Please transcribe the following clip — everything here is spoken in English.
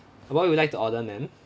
what would you like to order ma'am